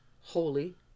holy